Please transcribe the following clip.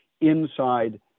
inside